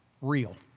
real